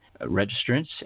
registrants